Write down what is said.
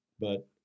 But-